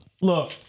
Look